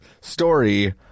story